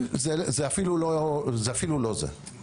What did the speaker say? זה אפילו לא זה.